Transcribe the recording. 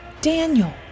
Daniel